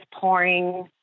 pouring